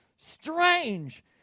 strange